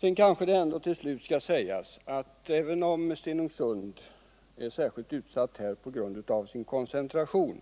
Till slut skall det också sägas att även om Stenungsund är särskilt utsatt på grund av sin koncentration